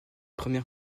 première